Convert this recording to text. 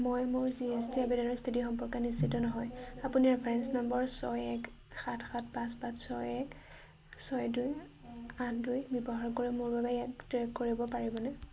মই মোৰ G S T আবেদনৰ স্থিতি সম্পৰ্কে নিশ্চিত নহয় আপুনি ৰেফাৰেন্স নম্বৰ ছয় এক সাত সাত পাঁচ পাঁচ ছয় এক ছয় দুই আঠ দুই ব্যৱহাৰ কৰি মোৰ বাবে ইয়াক ট্ৰেক কৰিব পাৰিবনে